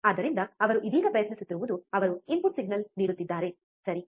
ಆದ್ದರಿಂದ ಅವರು ಇದೀಗ ಪ್ರಯತ್ನಿಸುತ್ತಿರುವುದು ಅವರು ಇನ್ಪುಟ್ ಸಿಗ್ನಲ್ ನೀಡುತ್ತಿದ್ದಾರೆ ಸರಿ